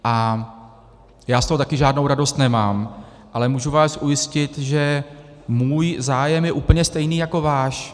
A já z toho taky žádnou radost nemám, ale můžu vás ujistit, že můj zájem je úplně stejný jako váš.